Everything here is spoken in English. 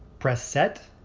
press set.